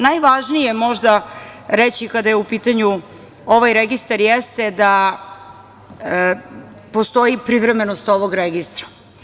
Najvažnije možda reći kada je u pitanju ovaj registar jeste da postoji privremenost ovog registra.